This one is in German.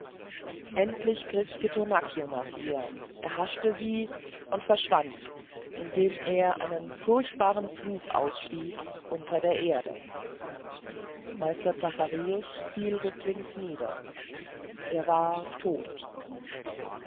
endlich griff pittonaccio nach ihr erhaschte sie und verschwand indem er einen furchtbaren fluch ausstieß unter der erde meister zacharius fiel rücklings nieder er war todt